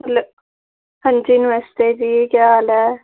hello हां जी नमस्ते जी केह् हाल ऐ